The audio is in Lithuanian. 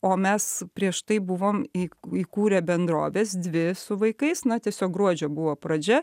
o mes prieš tai buvom įkūrę bendrovės dvi su vaikais na tiesiog gruodžio buvo pradžia